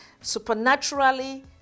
supernaturally